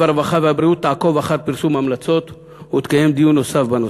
הרווחה והבריאות תעקוב אחר פרסום ההמלצות ותקיים דיון נוסף בנושא.